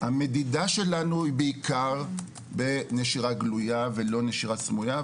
המדידה שלנו היא בעיקר בנשירה גלויה ולא נשירה סמויה.